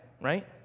right